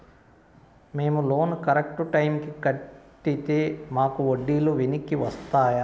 మేము loan correct టైముకి కట్టితే మాకు వడ్డీ లు వెనక్కి వస్తాయా?